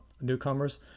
newcomers